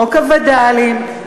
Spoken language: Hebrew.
חוק הווד"לים,